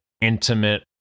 intimate